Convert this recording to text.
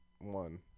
one